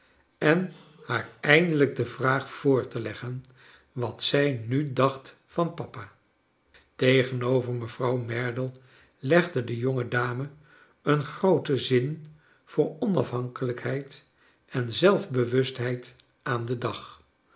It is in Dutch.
en haar eindelrjk de vraag voor te leggen wat zij nu dacht van papa tegenover mevrouw merdle legde de jonge dame een grooten zin voor onafhankelijkheid en zelfbewustheid aan den dagj